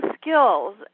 skills